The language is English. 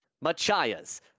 Machias